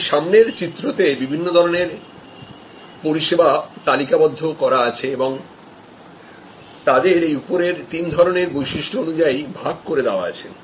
এই সামনের চিত্রতে বিভিন্ন ধরনের পরিষেবা তালিকাবদ্ধ করা আছে এবং তাদেরএই উপরের তিন ধরনেরবৈশিষ্ট্য অনুযায়ী ভাগ করে দেওয়া আছে